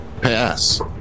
Pass